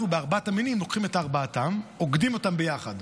אנחנו לוקחים את ארבעת המינים ואוגדים אותם ביחד,